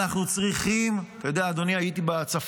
אנחנו צריכים, אתה יודע, אדוני, הייתי בצפון,